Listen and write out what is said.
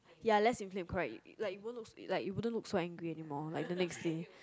ya less inflamed correct like you won't look you wouldn't look so angry anymore like the next day